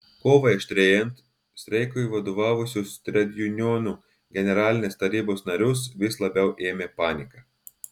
kovai aštrėjant streikui vadovavusius tredjunionų generalinės tarybos narius vis labiau ėmė panika